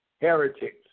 heretics